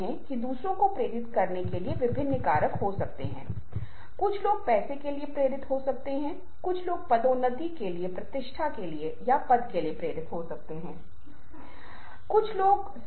एक पारंपरिक भाषा का उपयोग कुछ ऐसा है जो विभिन्न संस्कृतियों विभिन्न भाषाओं और विभिन्न देशों के लिए अलग है क्योंकि यह वह जगह है जहां इसका एक विशिष्ट सीमित अर्थ है